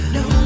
no